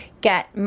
get